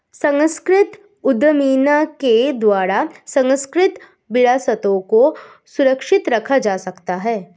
सांस्कृतिक उद्यमिता के द्वारा सांस्कृतिक विरासतों को सुरक्षित रखा जा सकता है